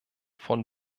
von